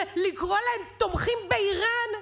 לקרוא להם תומכים באיראן?